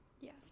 Yes